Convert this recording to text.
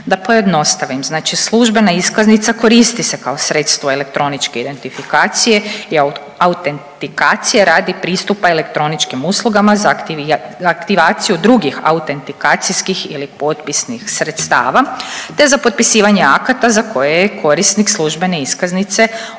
Da pojednostavim. Znači službena iskaznica koristi se kao sredstvo elektroničke identifikacije i autentikacije radi pristupa elektroničkim uslugama za aktivaciju drugih autentikacijskih ili potpisnih sredstava te za potpisivanje akata za koje je korisnik službene iskaznice ovlašten.